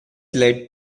led